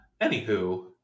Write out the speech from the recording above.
Anywho